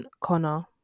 Connor